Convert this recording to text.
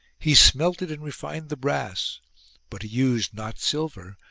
he smelted and re fined the brass but he used, not silver,